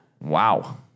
Wow